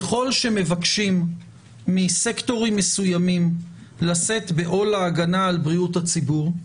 ככל שמבקשים מסקטורים מסוימים לשאת בעול ההגנה על בריאות הציבור,